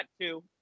two